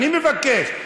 אני מבקש.